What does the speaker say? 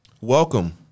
Welcome